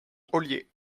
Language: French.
ollier